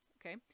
okay